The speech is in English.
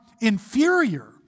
inferior